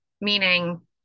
meaning